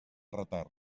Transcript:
retard